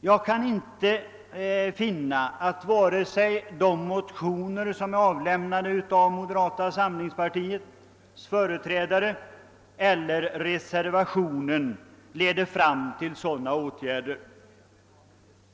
Jag kan inte finna att vare sig de motioner som väckts av företrädare för moderata samlingspartiet eller reservationen leder fram till sådana åtgärder.